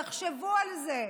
תחשבו על זה.